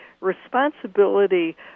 responsibility